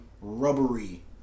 rubbery